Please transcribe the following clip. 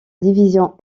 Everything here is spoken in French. division